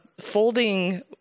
folding